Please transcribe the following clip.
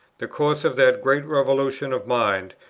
the course of that great revolution of mind,